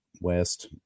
West